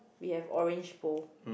we have orange bowl